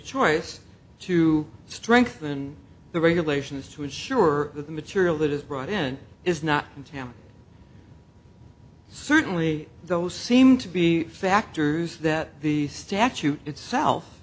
choice to strengthen the regulations to ensure that the material that is brought in is not in town certainly those seem to be factors that the statute